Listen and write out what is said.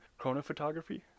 chronophotography